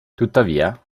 tuttavia